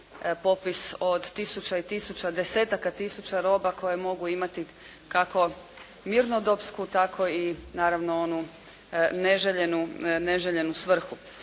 popis od tisuća i tisuća, desetaka tisuća roba koje mogu imati kako mirnodopsku tako i naravno onu neželjenu svrhu.